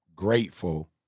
grateful